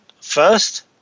first